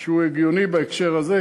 כלשהו שהוא הגיוני בהקשר הזה,